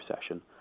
session